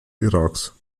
iraks